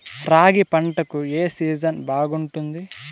రాగి పంటకు, ఏ సీజన్ బాగుంటుంది?